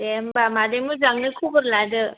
दे होनबा मादै मोजाङै खबर लादो